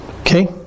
Okay